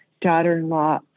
daughter-in-law